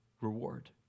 reward